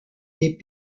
des